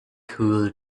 cool